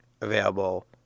available